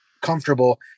comfortable